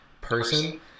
person